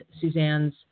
Suzanne's